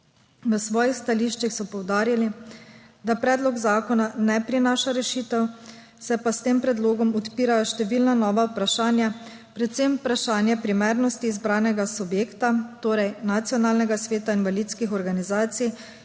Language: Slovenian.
V svojih stališčih so poudarili, da predlog zakona ne prinaša rešitev, se pa s tem predlogom odpirajo številna nova vprašanja, predvsem vprašanje primernosti izbranega subjekta, torej Nacionalnega sveta invalidskih organizacij,